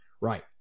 right